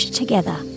together